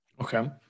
Okay